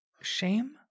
shame